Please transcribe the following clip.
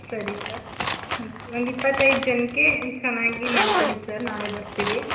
ಸರಿ ಸರ್ ಹ್ಞೂ ಒಂದು ಇಪ್ಪತ್ತೈದು ಜನಕ್ಕೆ ಚೆನ್ನಾಗಿ ಮಾಡಿಕೊಡಿ ಸರ್ ನಾಳೆ ಬರ್ತೀವಿ